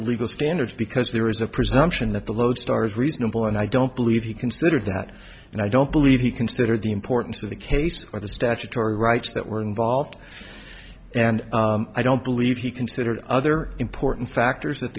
the legal standards because there is a presumption that the lodestar is reasonable and i don't believe he considered that and i don't believe he considered the importance of the case or the statutory rights that were involved and i don't believe he considered other important factors that